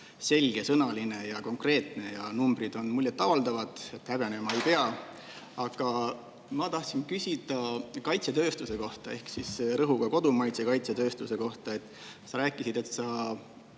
selgesõnaline ja konkreetne ja numbrid on muljet avaldavad, häbenema ei pea. Aga ma tahtsin küsida kaitsetööstuse kohta ehk siis rõhuga kodumaise kaitsetööstuse kohta. Sa rääkisid, et sa